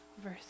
Verse